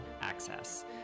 Access